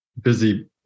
busy